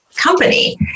Company